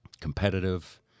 competitive